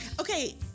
Okay